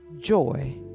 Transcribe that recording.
joy